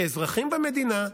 כאזרחים במדינה,